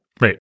Right